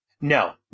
No